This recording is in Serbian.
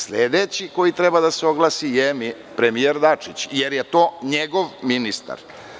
Sledeći koji treba da se oglasi je premijer Dačić, jer je to njegov ministar.